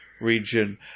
region